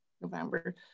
November